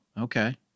Okay